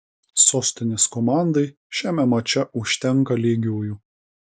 sostinės komandai šiame mače užtenka lygiųjų